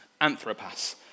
anthropas